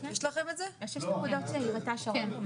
התנאים האלה כאן בוועדה,